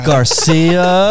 Garcia